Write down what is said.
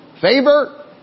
favor